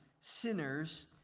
sinners